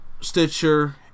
Stitcher